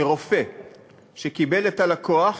שרופא שקיבל את הלקוח,